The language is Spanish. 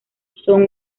son